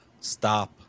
stop